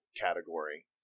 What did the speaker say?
category